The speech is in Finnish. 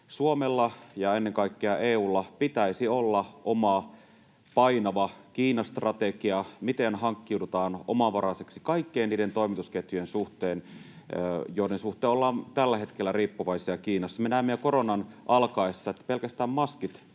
Suomella ja ennen kaikkea EU:lla pitäisi olla oma, painava Kiina-strategiansa siinä, miten hankkiudutaan omavaraiseksi kaikkien niiden toimitusketjujen suhteen, joiden suhteen ollaan tällä hetkellä riippuvaisia Kiinasta. Me näimme jo koronan alkaessa, että pelkästään maskit